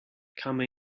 come